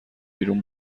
بیرون